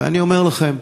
ואני אומר לכם,